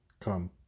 Come